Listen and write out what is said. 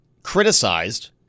criticized